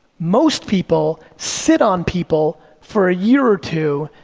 most people sit on people for a year or two,